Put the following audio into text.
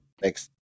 Thanks